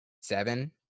seven